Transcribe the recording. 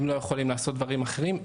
הם לא יכולים לעשות דברים אחרים.